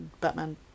Batman